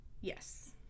Yes